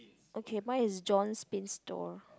okay mine is John's store store